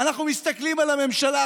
אנחנו מסתכלים על הממשלה,